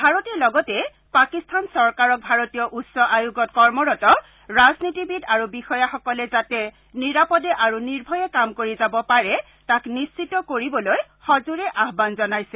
ভাৰতে লগতে পাকিস্তান চৰকাৰক ভাৰতীয় উচ্চ আয়োগত কৰ্মৰত ৰাজনীতিবিদ আৰু বিষয়াসকলে যাতে নিৰাপদে আৰু নিৰ্ভয়ে কাম কৰি যাব পাৰে তাক নিশ্চিত কৰিবলৈ সজোৰে আহ্বান জনাইছে